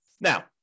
Now